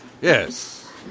Yes